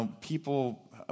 People